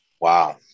wow